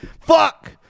Fuck